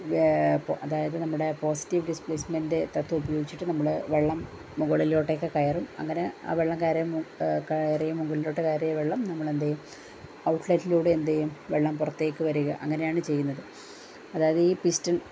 അതായത് നമ്മുടെ positive displacement തത്വം ഉപയോഗിച്ചിട്ട് നമ്മൾ വെള്ളം മുകളിലോട്ടേയ്ക്കു കയറും അങ്ങനെ ആ വെള്ളം കയറി കയറിയ മുകളിലോട്ടു കയറിയ വെള്ളം നമ്മൾ എന്ത് ചെയ്യും ഔട്ട്ലെറ്റിലൂടെ എന്ത് ചെയ്യും വെള്ളം പുറത്തേയ്ക്ക് വരിക അങ്ങനെയാണ് ചെയ്യുന്നത് അതായത് ഈ പിസ്റ്റൺ